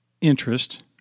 interest